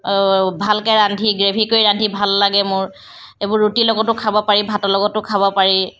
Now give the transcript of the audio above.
ভালকৈ ৰান্ধি গ্ৰেভি কৰি ৰান্ধি ভাল লাগে মোৰ এইবোৰ ৰুটিৰ লগতো খাব পাৰি ভাতৰ লগতো খাব পাৰি